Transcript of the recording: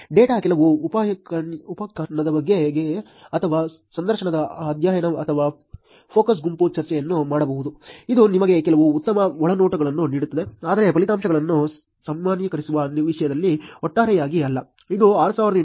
data ಕೆಲವು ಉಪಾಖ್ಯಾನದ ಬದಲಿಗೆ ಅಥವಾ ಸಂದರ್ಶನದ ಅಧ್ಯಯನ ಅಥವಾ ಫೋಕಸ್ ಗುಂಪು ಚರ್ಚೆಯನ್ನು ಮಾಡುವುದು ಇದು ನಿಮಗೆ ಕೆಲವು ಉತ್ತಮ ಒಳನೋಟಗಳನ್ನು ನೀಡುತ್ತದೆ ಆದರೆ ಫಲಿತಾಂಶಗಳನ್ನು ಸಾಮಾನ್ಯೀಕರಿಸುವ ವಿಷಯದಲ್ಲಿ ಒಟ್ಟಾರೆಯಾಗಿ ಅಲ್ಲ